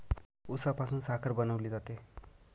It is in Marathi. उसापासून साखर बनवली जाते